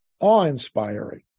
awe-inspiring